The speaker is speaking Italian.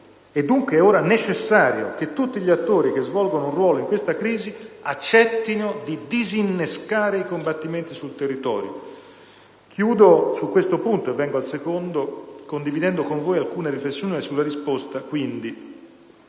dunque è ora necessario che tutti gli attori che svolgono un ruolo in questa crisi accettino di disinnescare i combattimenti sul territorio. Chiudo su questo punto - e vengo al secondo - condividendo con voi alcune riflessioni sulla risposta